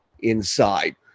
inside